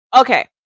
Okay